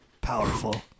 Powerful